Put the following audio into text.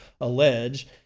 allege